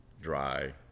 dry